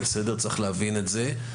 צריך להבין את זה,